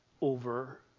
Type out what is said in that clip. over